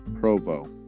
Provo